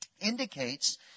indicates